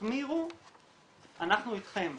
שתחמירו אנחנו איתכם.